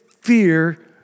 fear